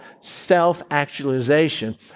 self-actualization